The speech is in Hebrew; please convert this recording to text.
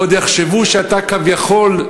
עוד יחשבו שאתה כביכול,